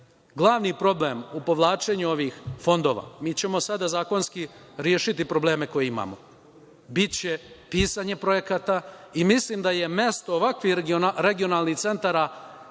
glavni problem u povlačenju ovih fondova. Mi ćemo sada zakonski rešiti probleme koje imamo. Biće pisanje projekata i mislim da ministarstvo može ovakve regionalne centre